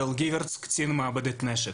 קצין מעבדת נשק.